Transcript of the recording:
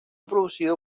producido